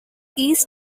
east